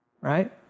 right